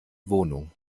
wohnung